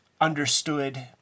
understood